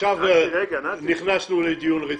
עכשיו נכנסנו לדיון רציני.